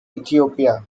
ethiopia